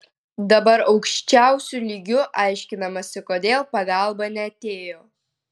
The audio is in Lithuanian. dabar aukščiausiu lygiu aiškinamasi kodėl pagalba neatėjo